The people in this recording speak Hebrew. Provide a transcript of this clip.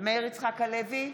מאיר יצחק הלוי,